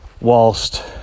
whilst